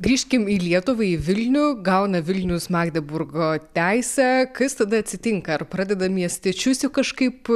grįžkim į lietuvą į vilnių gauna vilnius magdeburgo teisę kas tada atsitinka ar pradeda miestiečius jau kažkaip